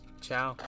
Ciao